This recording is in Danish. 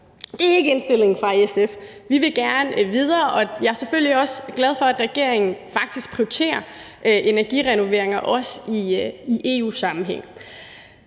ikke indstillingen hos SF. Vi vil gerne videre, og jeg er selvfølgelig også glad for, at regeringen faktisk prioriterer energirenoveringer, også i EU-sammenhæng.